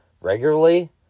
regularly